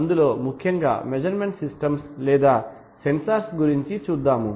అందులో ముఖ్యంగా measurement systems లేదా సెన్సార్స్ గురించి చూద్దాము